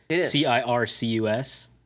C-I-R-C-U-S